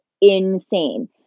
insane